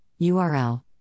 URL